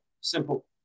simple